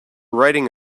writing